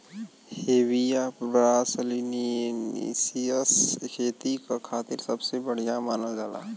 Hevea brasiliensis खेती क खातिर सबसे बढ़िया मानल जाला